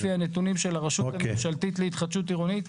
לפי הנתונים של הרשות הממשלתית להתחדשות עירונית,